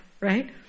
right